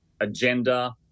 agenda